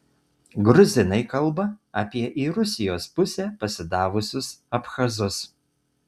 gruzinai kalba apie į rusijos pusę pasidavusius abchazus